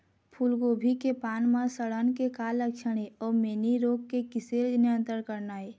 फूलगोभी के पान म सड़न के का लक्षण ये अऊ मैनी रोग के किसे नियंत्रण करना ये?